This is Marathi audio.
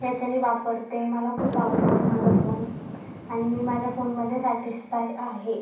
येच्यानी वापरते मला खूप आवडतो माझा फोन आणि मी माझ्या फोनमध्ये सॅटिस्पाय आहे